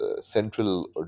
central